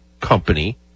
company